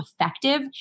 effective